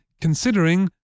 considering